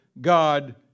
God